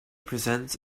presents